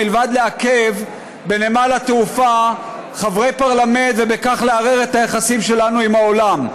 מלבד לעכב חברי פרלמנט בנמל התעופה ובכך לערער את היחסים שלנו עם העולם.